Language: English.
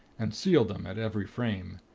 and sealed them at every frame.